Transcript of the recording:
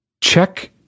Check